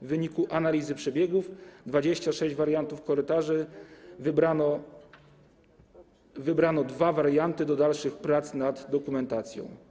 W wyniku analizy przebiegów 26 wariantów korytarzy wybrano dwa warianty do dalszych prac nad dokumentacją.